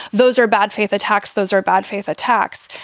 those are bad faith attacks. those are bad faith attacks.